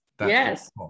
Yes